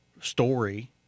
story